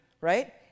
right